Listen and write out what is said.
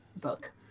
book